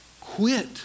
Quit